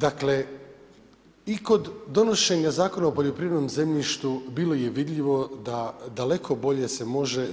Dakle, i kod donošenja Zakona o poljoprivrednom zemljištu bilo je vidljivo da daleko bolje se može